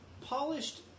polished